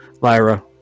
Lyra